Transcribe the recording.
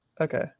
Okay